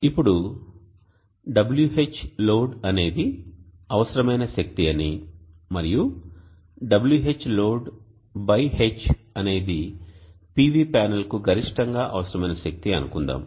ఇప్పుడు WhLOAD అనేది అవసరమైన శక్తి అని మరియు WhLOAD H అనేది PV ప్యానెల్కు గరిష్టంగా అవసరమైన శక్తి అనుకుందాం